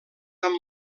amb